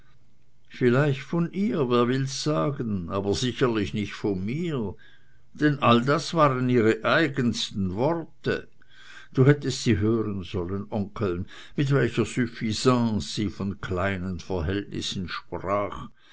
vielleicht von ihr wer will's sagen aber sicherlich nicht von mir denn all das waren ihre eigensten worte du hättest sie hören sollen onkel mit welcher suffisance sie von kleinen verhältnissen sprach